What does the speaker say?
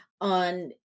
on